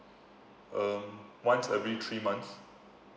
um once every three months